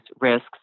risks